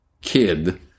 kid